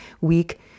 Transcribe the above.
week